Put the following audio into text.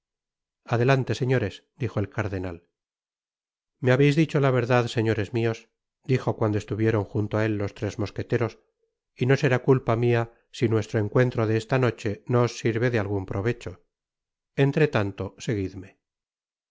adelante señores dijo el cardenal me habeis dicho la verdad señores míos dijo cuando estuvieron junto á él los tres mosqueteros y no será culpa mia si nuestro encuentro de esta noche no os sirve de algun provecho entretanto seguidme